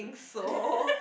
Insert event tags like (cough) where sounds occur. think so (laughs)